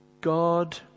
God